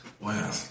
Wow